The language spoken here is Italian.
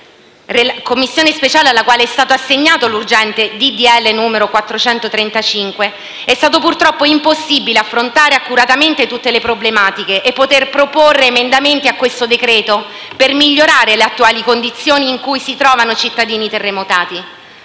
Commissione speciale, alla quale è stato assegnato l'urgente disegno di legge n. 435, è stato purtroppo impossibile affrontare accuratamente tutte le problematiche e poter proporre emendamenti al decreto-legge, per migliorare le attuali condizioni in cui si trovano i cittadini terremotati.